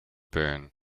burn